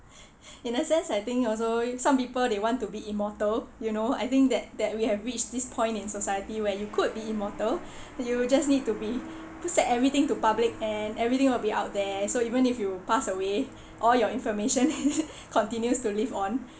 in the sense I think also some people they want to be immortal you know I think that that we have reached this point in society where you could be immortal you just need to be post everything to public and everything will be out there so even you pass away all your information continues to live on